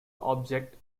object